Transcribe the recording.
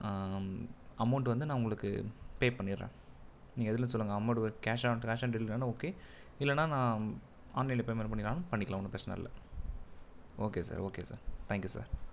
amount வந்து நான் உங்களுக்கு பே பண்ணிட்டுறன் நீங்கள் எதுலன் சொல்லுங்க அமௌன்ட் கேஷ் கேஷ் ஆன் டெலிவரினாலும் ஓகே இல்லைனா நான் ஆன்லைனில் பேமண்ட் பண்ணிடனாலும் பண்ணிக்கலாம் ஒன்று பிரச்சின இல்லை okay sir okay sir thank you sir